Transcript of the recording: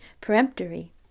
peremptory